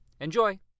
Enjoy